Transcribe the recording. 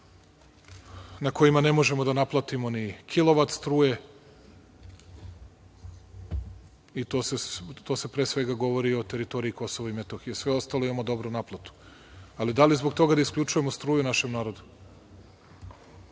na kojima ne možemo da naplatimo ni kilovat struje i pre svega se govori o teritoriji KiM. Sve ostalo, imamo dobru naplatu. Ali zbog toga da isključujemo struju našem narodu?